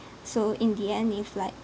so in the end if like